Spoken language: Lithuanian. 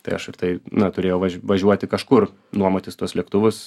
tai aš ir tai na turėjau važ važiuoti kažkur nuomotis tuos lėktuvus